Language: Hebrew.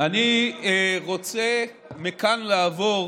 אני רוצה מכאן לעבור